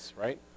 right